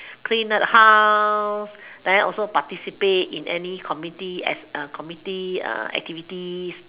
clean the house then also participate in any community as community activity